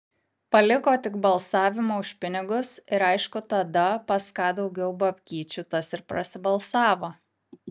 paliko tik balsavimą už pinigus ir aišku tada pas ką daugiau babkyčių tas ir prasibalsavo